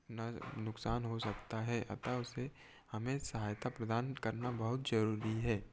नुकसान हो सकता है अतः उसे हमें सहायता प्रदान करना बहुत जरूरी है